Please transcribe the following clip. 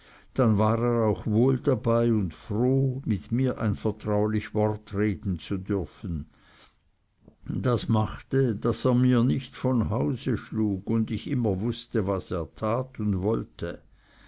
dann war er auch wohl dabei und froh mit mir ein vertraulich wort reden zu dürfen das machte daß er mir nicht von hause schlug und ich immer wußte was er tat und wollte